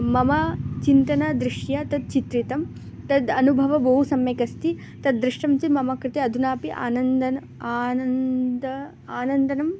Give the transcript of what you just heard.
मम चिन्तनं दृश्य तत् चित्रितं तद् अनुभवं बहु सम्यक् अस्ति तद् दृष्टं चेत् मम कृते अधुना अपि आनन्दम् आनन्दम् आनन्दनम्